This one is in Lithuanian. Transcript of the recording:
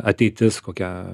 ateitis kokia